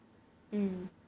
hmm